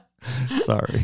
Sorry